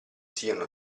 siano